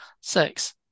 Six